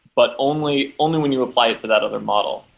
but only only when you apply it to that other model.